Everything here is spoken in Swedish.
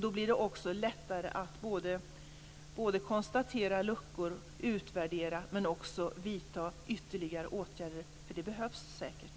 Då blir det också lättare att både konstatera luckor och utvärdera, men också att vidta ytterligare åtgärder - för det behövs säkert.